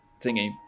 thingy